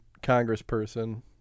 congressperson